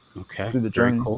okay